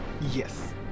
Yes